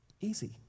Easy